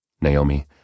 Naomi